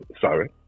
sorry